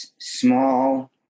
small